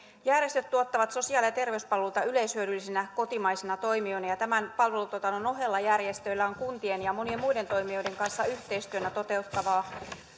järjestöt tuottavat sosiaali ja terveyspalveluita yleishyödyllisinä kotimaisina toimijoina ja tämän palvelutuotannon ohella järjestöillä on kuntien ja monien muiden toimijoiden kanssa yhteistyönä toteutettavaa